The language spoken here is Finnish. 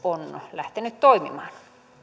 on lähtenyt toimimaan